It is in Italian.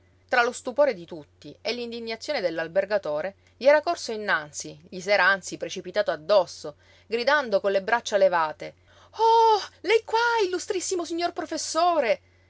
tra lo stupore di tutti e l'indignazione dell'albergatore gli era corso innanzi gli s'era anzi precipitato addosso gridando con le braccia levate oh lei qua illustrissimo signor professore